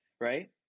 right